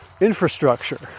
infrastructure